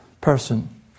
person